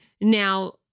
Now